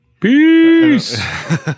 Peace